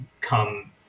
come